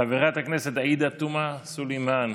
חברת הכנסת עאידה תומא סלימאן,